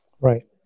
Right